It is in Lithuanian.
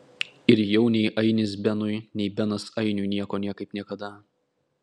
ir jau nei ainis benui nei benas ainiui nieko niekaip niekada